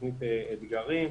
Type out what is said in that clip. תוכנית אתגרים.